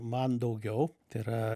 man daugiau tai yra